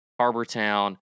Harbortown